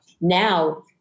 Now